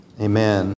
Amen